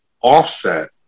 Offset